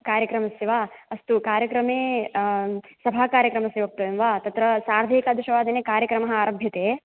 कार्यक्रमस्य वा अस्तु कार्यक्रमे सभाकार्यक्रमस्य वक्तव्यं वा तत्र सार्धैकादशवादने कार्यक्रमः आरभ्यते